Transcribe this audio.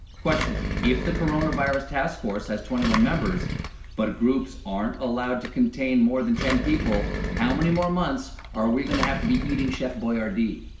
question, if the coronavirus task force has twenty one members but groups aren't allowed to contain more than ten people, how many more months are we going to have to be eating chef boy are dee?